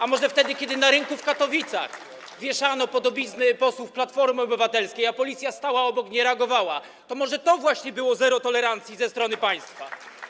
A może wtedy kiedy na rynku w Katowicach wieszano podobizny posłów Platformy Obywatelskiej, a policja stała obok, nie reagowała, to może to właśnie było zero tolerancji ze strony państwa?